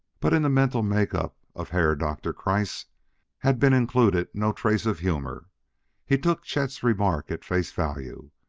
but in the mental makeup of herr doktor kreiss had been included no trace of humor he took chet's remark at face value.